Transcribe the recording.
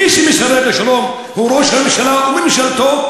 מי שמסרב לשלום זה ראש הממשלה וממשלתו,